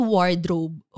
Wardrobe